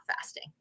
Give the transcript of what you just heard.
fasting